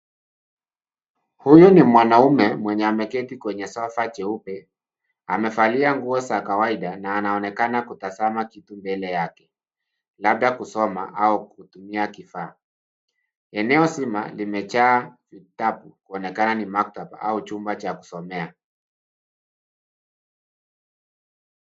Huyu ni mwanaume mwenye ameketi kwenye sofa jeupe. Anavalia nguo za kawaida na anaonekana kutazama kitu mbele yake, labda kusoma au kutumia kifaa. Eneo zima limejaa vitabu, kuonekana ni maktaba au chumba cha kusomea.